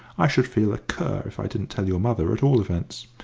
i should feel a cur if i didn't tell your mother, at all events.